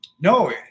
No